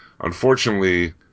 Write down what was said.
Unfortunately